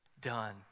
done